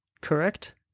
correct